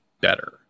better